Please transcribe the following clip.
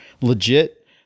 legit